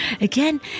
Again